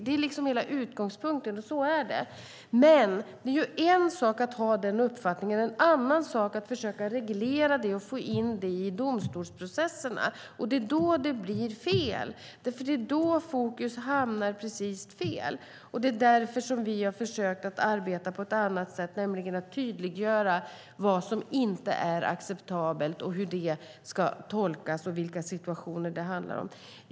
Det är liksom hela utgångspunkten. Men det är ju en sak att ha den uppfattningen och en annan sak att försöka reglera det och få in det i domstolsprocesserna. Det är då det blir fel, därför att det är då fokus hamnar precis fel. Det är därför som vi har försökt att arbeta på ett annat sätt, nämligen att tydliggöra vad som inte är acceptabelt, hur det ska tolkas och vilka situationer det handlar om.